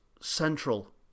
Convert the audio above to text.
central